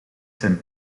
zijn